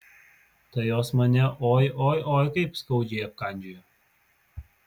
tai jos mane oi oi oi kaip skaudžiai apkandžiojo